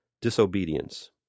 disobedience